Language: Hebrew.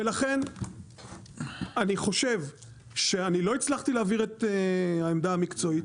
ולכן אני חושב שאני לא הצלחתי להעביר את העמדה המקצועית,